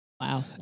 Wow